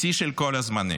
שיא של כל הזמנים.